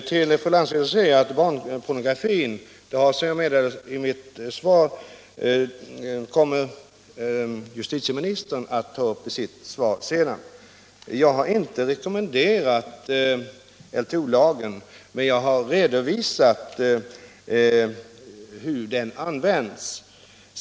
Herr talman! Till fru Lantz vill jag säga, vilket jag nämnde redan i mitt svar, att justitieministern kommer att ta upp frågan om barnpornografi i sitt svar. Jag har inte rekommenderat LTO-lagen, men jag har redovisat hur den används.